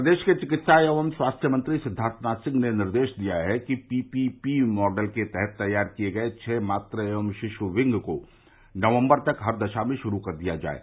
प्रदेश के विकित्सा एवं स्वास्थ्य मंत्री सिद्वार्थनाथ सिंह ने निर्देश दिया है कि पीपीपी मॉडल के तहत तैयार किये गये छह मातृ एवं शिश् विंग को नक्बर तक हर दशा में शुरू कर दिया जाये